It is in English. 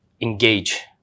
engage